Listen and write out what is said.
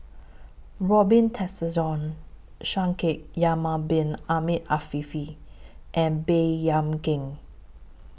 Robin Tessensohn Shaikh Yahya Bin Ahmed Afifi and Baey Yam Keng